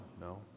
no